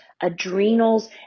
adrenals